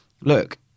Look